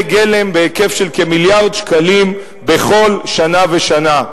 גלם בהיקף של כמיליארד שקלים בכל שנה ושנה.